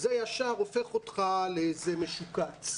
זה ישר הופך אותך לאיזה משוקץ.